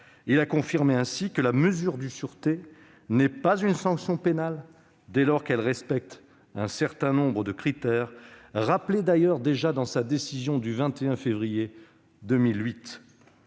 Il a confirmé ainsi que la mesure de sûreté n'était pas une sanction pénale dès lors qu'elle respectait un certain nombre de critères rappelés, déjà, dans sa décision du 21 février 2008.